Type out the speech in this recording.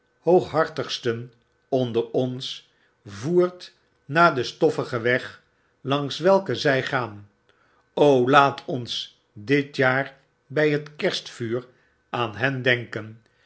hooghartigsten onder ons voert naar den stoffigen weg langs wel ken zy gaan laat ons dit jaar by het kerstvuur aan hen denken